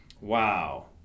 Wow